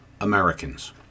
Americans